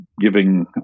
giving